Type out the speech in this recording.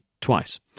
twice